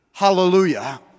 hallelujah